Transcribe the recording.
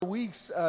Weeks